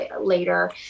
later